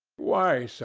why, sir,